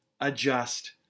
adjust